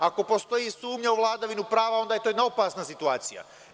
Ako postoji sumnja u vladavinu prava, onda je to jedna opasna situacija.